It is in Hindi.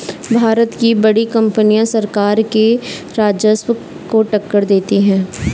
भारत की बड़ी कंपनियां सरकार के राजस्व को टक्कर देती हैं